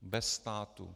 Bez státu.